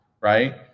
right